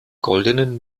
goldenen